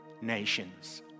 nations